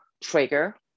Trigger